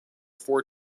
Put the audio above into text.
four